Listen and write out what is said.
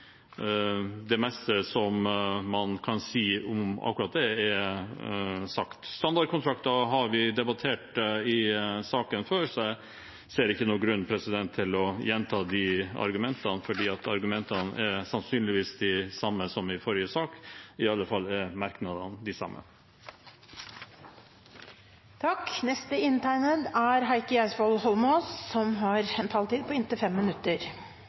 det meste som man kan si om akkurat dette, er sagt. Standardkontrakter debatterte vi i den forrige saken, så jeg ser ikke noen grunn til å gjenta de argumentene, for argumentene er sannsynligvis de samme som i forrige sak – iallfall er merknadene de samme. Jeg kan slutte meg til det saksordføreren sier. Det er